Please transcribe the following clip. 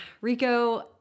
Rico